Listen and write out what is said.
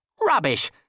Rubbish